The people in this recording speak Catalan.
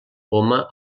poma